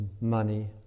money